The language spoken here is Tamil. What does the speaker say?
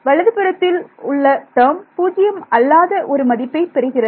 வலது புறத்தில் உள்ள டேர்ம் பூஜ்ஜியம் அல்லாத ஒரு மதிப்பை பெறுகிறது